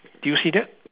do you see that